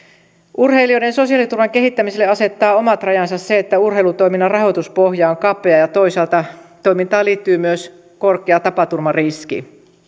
urheilijoiden sosiaaliturvan kehittämiselle asettaa omat rajansa se että urheilutoiminnan rahoituspohja on kapea ja toisaalta toimintaan liittyy myös korkea tapaturmariski